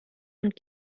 und